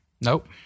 Nope